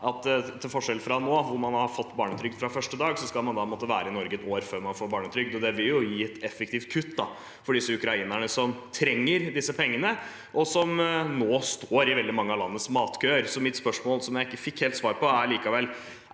til forskjell fra i dag, hvor man har fått barnetrygd fra første dag, skal man altså måtte være i Norge et år før man får barnetrygd. Det vil jo gi et effektivt kutt for disse ukrainerne, som trenger disse pengene, og som nå står i veldig mange av landets matkøer. Så mitt spørsmål, som jeg ikke helt fikk svar på, er likevel: